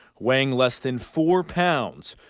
weighing less than four pounds,